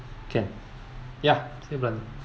can ya still running